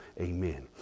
Amen